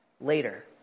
later